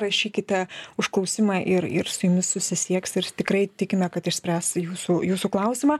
rašykite užklausimą ir ir su jumis susisieks ir tikrai tikime kad išspręs jūsų jūsų klausimą